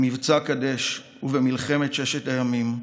במבצע קדש, במלחמת ששת הימים,